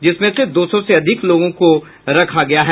जिसमें दो सौ से अधिक लोगों को रखा गया है